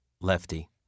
Lefty